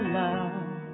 love